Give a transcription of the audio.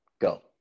Go